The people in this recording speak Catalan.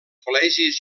col·legis